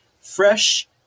fresh